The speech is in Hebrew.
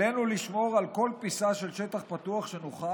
עלינו לשמור על כל פיסה של שטח פתוח שנוכל,